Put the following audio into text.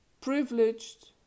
privileged